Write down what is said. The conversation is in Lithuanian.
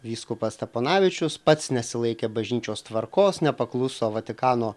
vyskupas steponavičius pats nesilaikė bažnyčios tvarkos nepakluso vatikano